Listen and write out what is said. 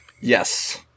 Yes